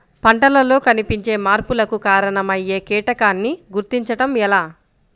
పంటలలో కనిపించే మార్పులకు కారణమయ్యే కీటకాన్ని గుర్తుంచటం ఎలా?